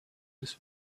this